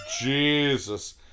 Jesus